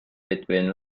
between